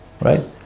right